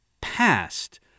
past